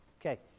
Okay